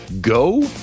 go